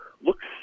looks